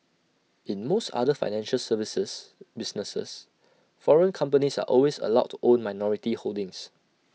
in most other financial services businesses foreign companies are always allowed to own minority holdings